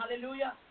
hallelujah